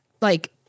like-